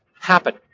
happen